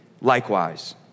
Likewise